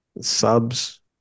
subs